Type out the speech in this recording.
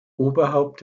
oberhaupt